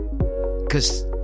Cause